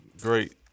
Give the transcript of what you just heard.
great